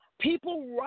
People